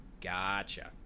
gotcha